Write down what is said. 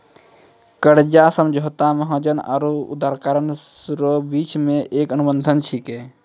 कर्जा समझौता महाजन आरो उदारकरता रो बिच मे एक अनुबंध छिकै